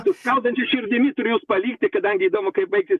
su skaudančia širdimi turiu jus palikti kadangi įdomu kaip baigsis